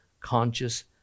conscious